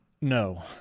no